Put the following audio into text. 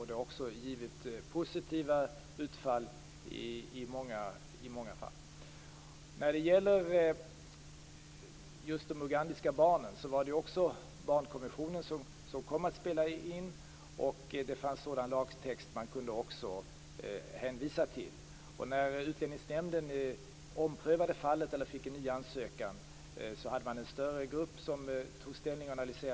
Det har i många fall givit positiva utfall. I fråga om de ugandiska barnen var det barnkonventionen som kom att spela en roll. Det fanns också sådan lagtext att hänvisa till. När Utlänningsnämnden efter ny ansökan omprövade fallet, var det en större grupp som tog ställning i fallet.